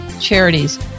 charities